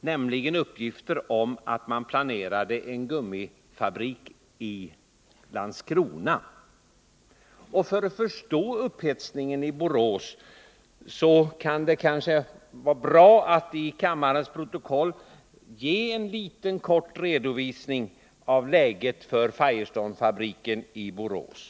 Det var uppgifterna om att man planerade en gummifabrik i Landskrona. För att förstå upphetsningen i Borås kan det kanske vara bra att för kammarens protokoll ge en kort redovisning av läget för Firestonefabriken i Borås.